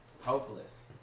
hopeless